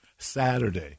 Saturday